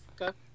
Okay